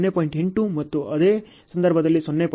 8 ಮತ್ತು ಅದೇ ಸಂದರ್ಭದಲ್ಲಿ ಇದು 0